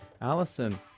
Allison